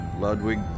Ludwig